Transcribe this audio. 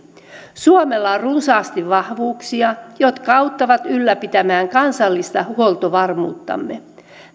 suomella on runsaasti vahvuuksia jotka auttavat ylläpitämään kansallista huoltovarmuuttamme